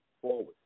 forward